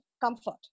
comfort